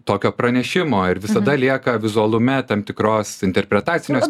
tokio pranešimo ir visada lieka vizualume tam tikros interpretacinės